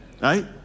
right